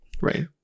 right